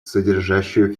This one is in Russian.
содержащую